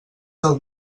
del